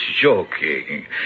joking